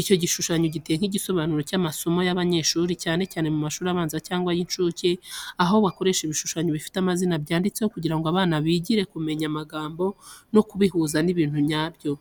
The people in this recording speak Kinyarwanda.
Icyo gishushanyo giteye nk’igisobanuro cy’amasomo y’abanyeshuri, cyane cyane mu mashuri abanza cyangwa y’incuke, aho bakoresha ibishushanyo bifite amazina byanditseho kugira ngo abana bigire kumenya amagambo no kubihuza n’ibintu nyabyo.